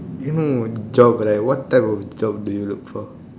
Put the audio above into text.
you know job right what type of job do you look for